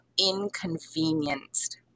inconvenienced